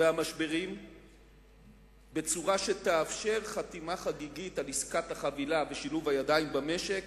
והמשברים בצורה שתאפשר חתימה חגיגית על עסקת החבילה ושילוב הידיים במשק